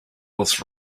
was